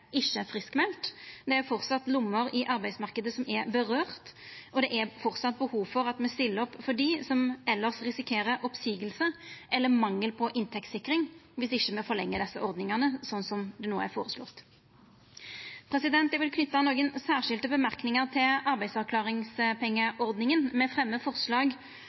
Det er framleis lommer som er ramma i arbeidsmarknaden, og det er framleis behov for at me stiller opp for dei som elles risikerer oppseiing eller mangel på inntektssikring viss me ikkje forlengjer desse ordningane, sånn som ein no har føreslått. Eg vil knyta nokre særskilte merknader til arbeidsavklaringspengeordninga. Me fremjar forslag